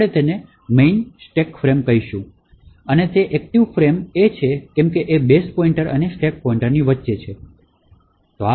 આપડે તેને main stack frame કહીશું અને તે એક્ટિવ ફ્રેમ છે કેમ કે એ બેઝ પોઇન્ટર અને સ્ટેક પોઇન્ટરની વચે છે